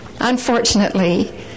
Unfortunately